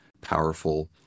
powerful